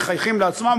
מחייכים לעצמם,